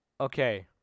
Okay